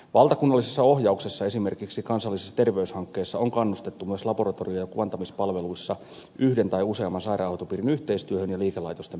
valtakunnallisessa ohjauksessa esimerkiksi kansallisessa terveyshankkeessa on kannustettu myös laboratorio ja kuvantamispalveluissa yhden tai useamman sairaanhoitopiirin yhteistyöhön ja liikelaitosten perustamiseen